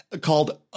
called